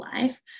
life